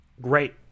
great